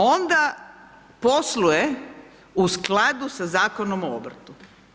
Onda posluje u skladu sa Zakonom o obrtu.